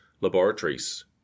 laboratories